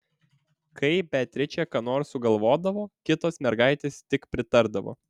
kai beatričė ką nors sugalvodavo kitos mergaitės tik pritardavo